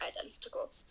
identical